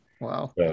Wow